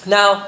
Now